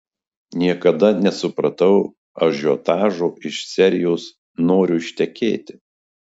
niekada nesupratau ažiotažo iš serijos noriu ištekėti